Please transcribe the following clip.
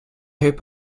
hope